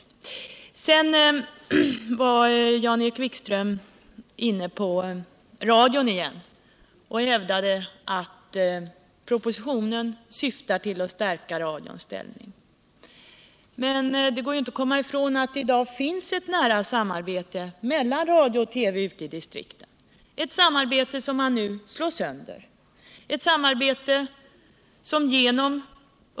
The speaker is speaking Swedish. Sedan var Jan-Erik Wikström inne på radion igen och hävdade att propositionen syftar till att stärka radions ställning. Det går ju inte att komma ifrån att det i dag finns ett nära samarbete mellan radio och TV ute distrikten, ett samarbete som man nu slår sönder.